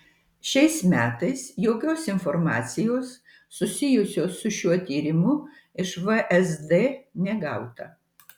šiais metais jokios informacijos susijusios su šiuo tyrimu iš vsd negauta